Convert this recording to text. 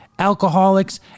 alcoholics